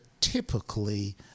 typically